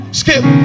skip